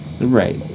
Right